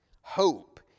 Hope